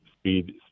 speed